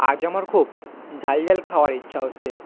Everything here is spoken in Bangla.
আজ আমার খুব ঝাল ঝাল খাওয়ার ইচ্ছা হচ্ছে